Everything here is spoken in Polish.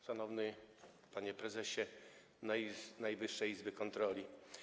Szanowny Panie Prezesie Najwyższej Izby Kontroli!